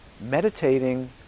meditating